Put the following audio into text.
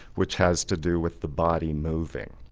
which has to do with the body moving.